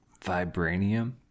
Vibranium